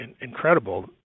incredible